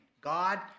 God